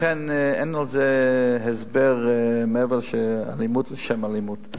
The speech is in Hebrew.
לכן, אין לזה הסבר מעבר לאלימות לשם אלימות.